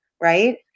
right